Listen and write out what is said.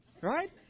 Right